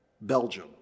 Belgium